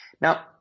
Now